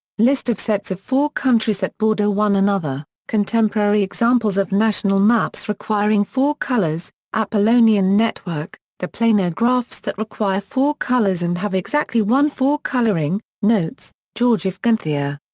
list of sets of four countries that border one another contemporary examples of national maps requiring four colors apollonian network the planar graphs that require four colors and have exactly one four-coloring notes georges gonthier.